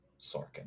Sorkin